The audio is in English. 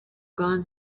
gone